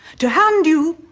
to hand you,